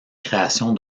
création